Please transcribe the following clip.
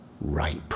Ripe